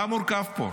מה מורכב פה?